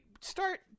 start